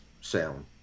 sound